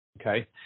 okay